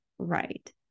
right